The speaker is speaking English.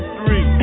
three